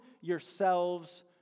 yourselves